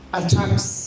attacks